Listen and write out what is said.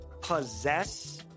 possess